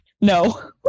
No